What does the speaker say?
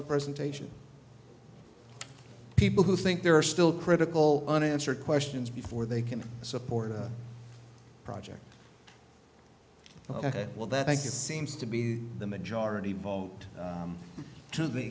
the presentation people who think there are still critical unanswered questions before they can support a project well that seems to be the majority vote to the